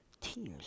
tears